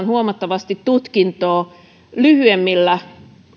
huomattavasti tutkintoa lyhyemmillä